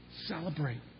Celebrate